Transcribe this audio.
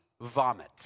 vomit